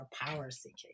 power-seeking